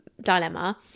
dilemma